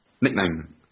Nickname